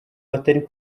batari